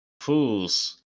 Fools